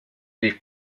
les